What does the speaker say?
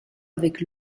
avec